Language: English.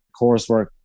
coursework